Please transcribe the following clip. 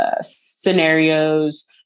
Scenarios